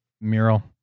mural